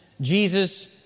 Jesus